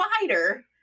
wider